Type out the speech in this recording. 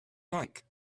like